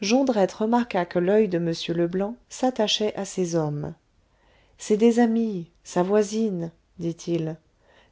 jondrette remarqua que l'oeil de m leblanc s'attachait à ces hommes c'est des amis ça voisine dit-il